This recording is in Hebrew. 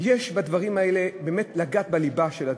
יש בדברים האלה באמת כדי לגעת בליבה של הדברים,